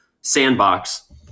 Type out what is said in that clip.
Sandbox